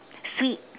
sweet